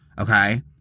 Okay